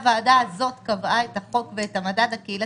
הוועדה הזאת קבעה את החוק ואת המדד הקהילתי,